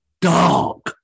dark